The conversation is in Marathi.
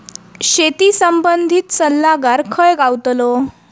शेती संबंधित सल्लागार खय गावतलो?